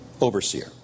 overseer